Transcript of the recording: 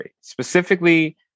specifically